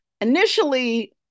Initially